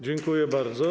Dziękuję bardzo.